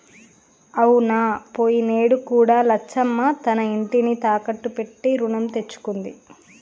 అవునా పోయినేడు కూడా లచ్చమ్మ తన ఇంటిని తాకట్టు పెట్టి రుణం తెచ్చుకుంది